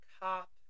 cop